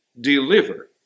deliver